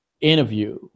interview